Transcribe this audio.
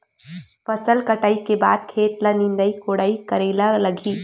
फसल कटाई के बाद खेत ल निंदाई कोडाई करेला लगही?